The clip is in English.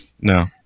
No